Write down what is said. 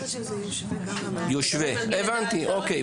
יושווה, הבנתי, אוקיי.